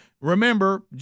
remember